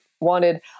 wanted